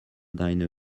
deine